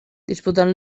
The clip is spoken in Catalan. disputant